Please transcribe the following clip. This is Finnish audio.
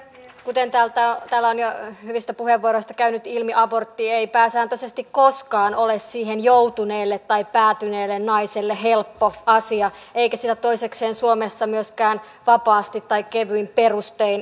kuten täällä on jo hyvistä puheenvuoroista käynyt ilmi abortti ei pääsääntöisesti koskaan ole siihen joutuneelle tai päätyneelle naiselle helppo asia eikä sitä toisekseen suomessa myöskään vapaasti tai kevyin perustein saa